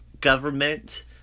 government